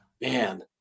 man